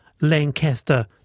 Lancaster